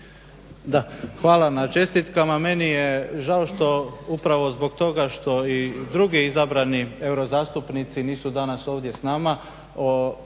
Da, hvala vam na čestitkama. Meni je žao upravo zbog toga što i drugi izabrani eurozastupnici nisu danas ovdje s nama,